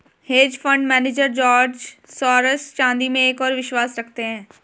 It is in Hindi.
hedge fund manager George Soros चांदी में एक और विश्वास रखते हैं